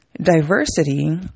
Diversity